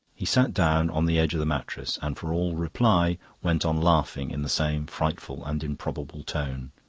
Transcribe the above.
he sat down on the edge of the mattress, and for all reply went on laughing in the same frightful and improbable tone.